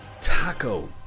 Taco